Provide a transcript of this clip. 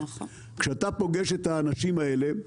כשאתה פוגש את האנשים האלה,